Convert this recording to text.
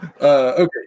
Okay